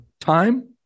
time